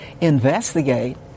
investigate